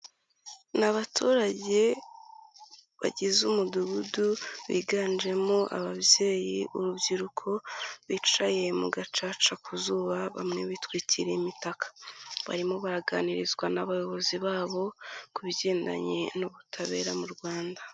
Ni abaturage bagize umudugudu, biganjemo ababyeyi, urubyiruko, bicaye mu gacaca ku zuba, bamwe bitwikiriye imitaka. Barimo baraganirizwa n'abayobozi babo ku bigendanye n'ubutabera mu Rwanda.